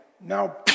Now